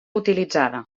utilitzada